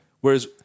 Whereas